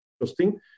interesting